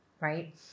right